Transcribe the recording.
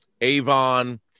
Avon